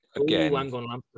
again